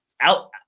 out